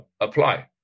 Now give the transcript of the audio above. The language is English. apply